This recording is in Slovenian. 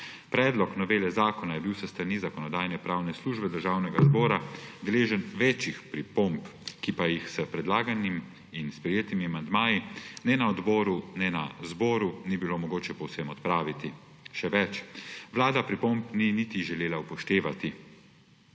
Predlog novele zakona je bil s strani Zakonodajno-pravne službe Državnega zbora deležen več pripomb, ki pa jih s predlaganimi in sprejetimi amandmaji ne na odboru ne na zboru ni bilo mogoče povsem odpraviti. Še več, vlada pripomb ni niti želela upoštevati.